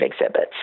exhibits